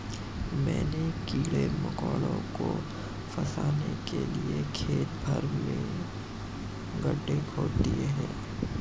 मैंने कीड़े मकोड़ों को फसाने के लिए खेत भर में गड्ढे खोद दिए हैं